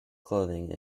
clothing